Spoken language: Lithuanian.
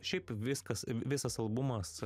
šiaip viskas visas albumas